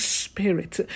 spirit